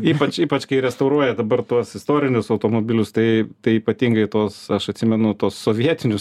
ypač ypač kai restauruoja dabar tuos istorinius automobilius tai ypatingai tuos aš atsimenu tuos sovietinius